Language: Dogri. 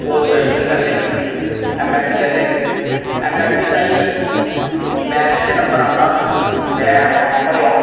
पोस्ट ग्रैजुएशन करनें दी ऐम ऐस सी करनें दी ऐम ऐस सी तांईं मैरड़ च नंबर आंदा हा में फार्म भरेआ